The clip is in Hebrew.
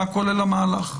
מה כולל המהלך.